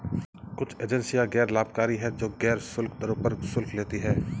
कुछ एजेंसियां गैर लाभकारी हैं, जो गैर शुल्क दरों पर शुल्क लेती हैं